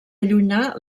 allunyar